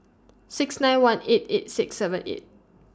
six nine one eight eight six seven eight